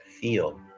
Feel